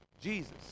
Jesus